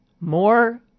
More